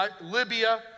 Libya